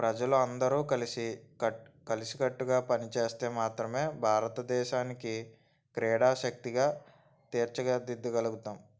ప్రజలు అందరు కలిసి కట్ కలిసి కట్టుగా పనిచేస్తే మాత్రమే భారతదేశానికి క్రీడాశక్తిగా తీర్చిదిద్దగలుగుతాం